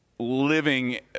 living